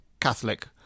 Catholic